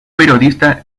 periodista